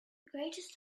greatest